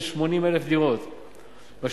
רבי יעקב, של 60,000 דירות מגורים.